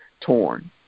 torn